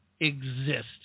exist